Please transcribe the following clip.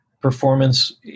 performance